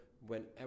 whenever